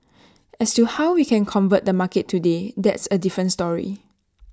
as to how we can convert the market today that's A different story